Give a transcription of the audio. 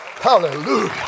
Hallelujah